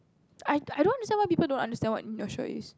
I I don't understand why people don't understand what industrial is